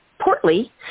Portly